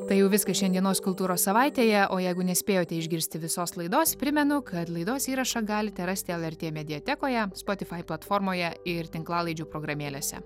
tai jau viskas šiandienos kultūros savaitėje o jeigu nespėjote išgirsti visos laidos primenu kad laidos įrašą galite rasti lrt mediatekoje spotifai platformoje ir tinklalaidžių programėlėse